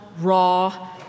raw